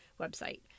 website